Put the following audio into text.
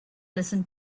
listen